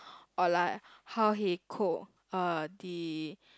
or like how he cook uh the